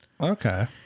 Okay